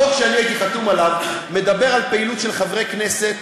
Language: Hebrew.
החוק שהייתי חתום עליו מדבר על פעילות של חברי כנסת